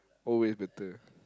always better